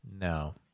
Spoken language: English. No